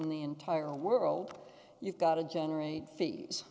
the entire world you've got to generate fees